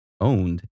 owned